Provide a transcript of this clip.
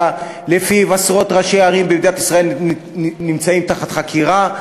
שבה עשרות ראשי ערים במדינת ישראל נמצאים תחת חקירה,